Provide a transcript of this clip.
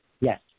Yes